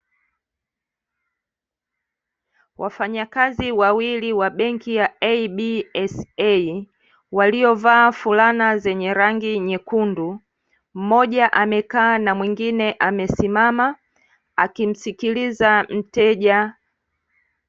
Wafanyakazi wawili wa benki ya "absa"waliovaa fulana zenye rangi nyekundu. Mmoja amekaa na mwingine amesimama akimsikiliza mteja.